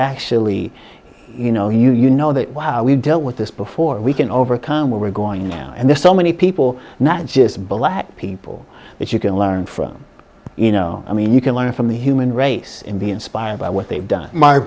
actually you know you you know that we dealt with this before we can overcome what we're going now and there's so many people not just black people but you can learn from you know i mean you can learn from the human race and be inspired by what they've done my